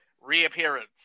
reappearance